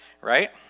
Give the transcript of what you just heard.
Right